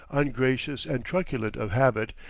ungracious and truculent of habit,